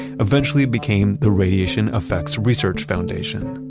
eventually became the radiation effects research foundation,